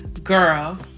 girl